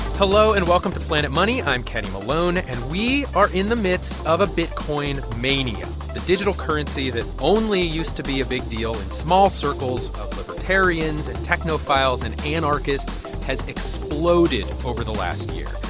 hello, and welcome to planet money. i'm kenny malone, and we are in the midst of a bitcoin mania. the digital currency that only used to be a big deal in small circles of libertarians and technophiles and anarchists has exploded over the last year.